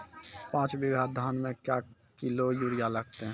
पाँच बीघा धान मे क्या किलो यूरिया लागते?